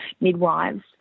midwives